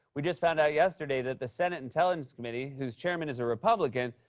we just found out yesterday that the senate intelligence committee, whose chairman is a republican,